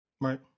Right